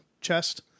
chest